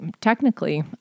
technically